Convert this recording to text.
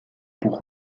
pour